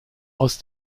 aus